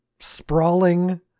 sprawling